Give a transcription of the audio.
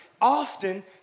Often